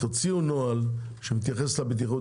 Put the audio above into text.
תוציאו נוהל שמתייחס לבטיחות,